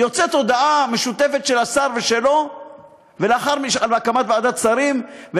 יוצאת הודעה משותפת של השר ושלו על הקמת ועדת שרים,